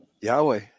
Yahweh